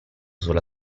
sulla